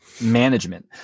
management